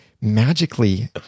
magically